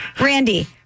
Randy